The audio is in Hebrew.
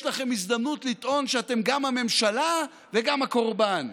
יש לכם הזדמנות לטעון שאתם גם הממשלה וגם הקורבן,